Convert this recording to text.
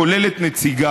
כולל את נציגיו,